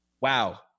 wow